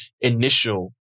initial